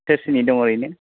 सोर सोरनि दं ओरैनो